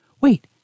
Wait